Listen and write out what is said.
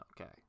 okay